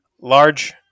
Large